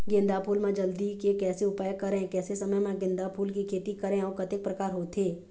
गेंदा फूल मा जल्दी के कैसे उपाय करें कैसे समय मा गेंदा फूल के खेती करें अउ कतेक प्रकार होथे?